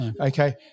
okay